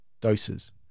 doses